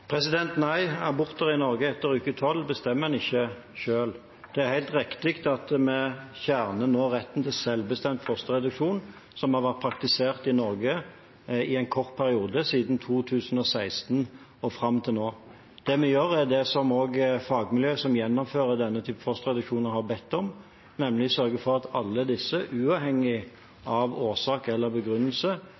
Nei, aborter i Norge etter uke 12 bestemmer en ikke selv. Det er helt riktig at vi nå fjerner retten til selvbestemt fosterreduksjon, en rett som har vært praktisert i Norge i en kort periode – siden 2016 og fram til nå. Det vi gjør, er det som også fagmiljøet som gjennomfører denne type fosterreduksjoner, har bedt om, nemlig å sørge for at alle disse, uavhengig av årsak eller begrunnelse,